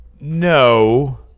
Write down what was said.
No